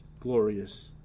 glorious